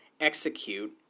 execute